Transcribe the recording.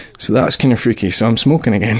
so that's kinda freaky, so i'm smoking and